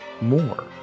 more